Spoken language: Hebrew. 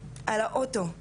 אני צריך לשמור עליך.